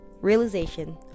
realization